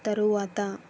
తరువాత